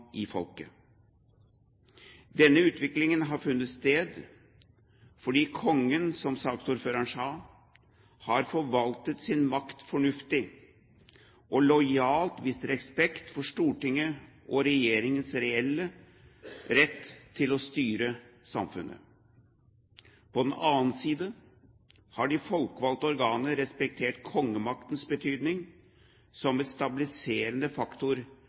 i folket. Denne utviklingen har funnet sted fordi kongen, som saksordføreren sa, har forvaltet sin makt fornuftig og lojalt vist respekt for Stortinget og Regjeringens reelle rett til å styre samfunnet. På den annen side har de folkevalgte organer respektert kongemaktens betydning, som en stabiliserende faktor